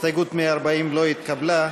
הסתייגות 140 לא התקבלה.